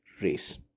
race